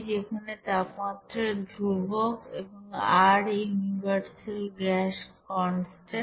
যেখানে তাপমাত্রা নির্দিষ্ট এবং R ইউনিভার্সেল গ্যাস কনস্ট্যান্ট